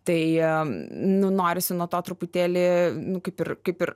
tai nu norisi nuo to truputėlį nu kaip ir kaip ir